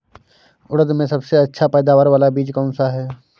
उड़द में सबसे अच्छा पैदावार वाला बीज कौन सा है?